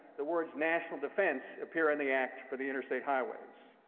the words national defense appear in the act for the interstate highways.